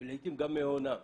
לעיתים גם מהונם,